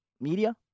media